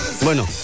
Bueno